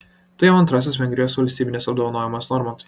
tai jau antrasis vengrijos valstybinis apdovanojimas normantui